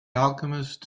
alchemist